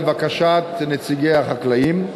לבקשת נציגי החקלאים,